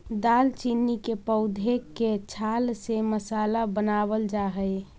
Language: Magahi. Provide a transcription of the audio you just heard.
दालचीनी के पौधे के छाल से मसाला बनावाल जा हई